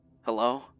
Hello